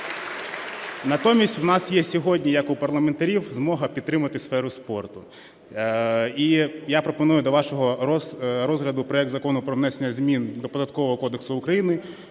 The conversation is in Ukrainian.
Натомість в нас є сьогодні як у парламентарів змога підтримати сферу спорту. І я пропоную до вашого розгляду проект Закону про внесення змін до